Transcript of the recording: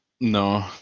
No